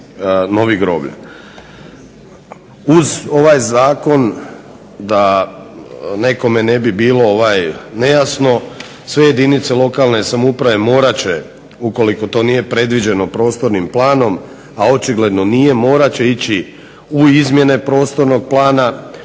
Uz ovaj zakon da nekome ne bi bilo nejasno sve jedinice lokalne samouprave morat će ukoliko to nije predviđeno prostornim planom, a očigledno nije, morat će ići u izmjene prostornog plana.